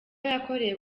yakoreye